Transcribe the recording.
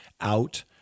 out